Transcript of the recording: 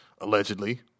allegedly